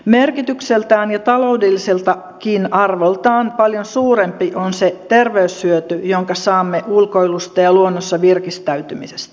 merkitykseltään ja taloudelliseltakin arvoltaan paljon suurempi on se terveyshyöty jonka saamme ulkoilusta ja luonnossa virkistäytymisestä